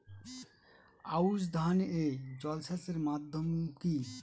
আউশ ধান এ জলসেচের মাধ্যম কি?